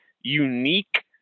unique